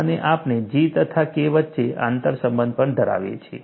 અને આપણે G તથા K વચ્ચે આંતરસંબંધ પણ ધરાવીએ છીએ